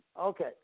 Okay